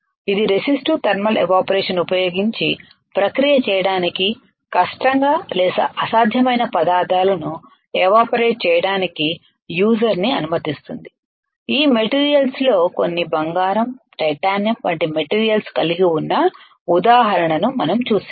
ఇది resistive thermal evaporation ఉపయోగించి ప్రక్రియ చేయడానికి కష్టంగా లేదా అసాధ్యమైన పదార్థాలను ఎవాపరేట్ చేయడానికి యూసర్ ని అనుమతిస్తుంది ఈ మెటీరియల్స్ లో కొన్ని బంగారం టైటానియం వంటి మెటీరియల్స్ కలిగి ఉన్న ఉదాహరణను మనం చూశాము